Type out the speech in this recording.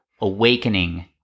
awakening